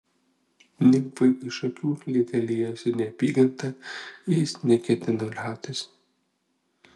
nimfai iš akių liete liejosi neapykanta jis neketino liautis